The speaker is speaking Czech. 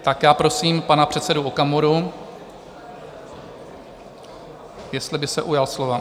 Tak já prosím pana předsedu Okamuru, jestli by se ujal slova.